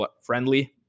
friendly